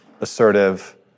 assertive